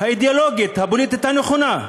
האידיאולוגית הפוליטית הנכונה,